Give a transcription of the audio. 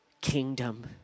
kingdom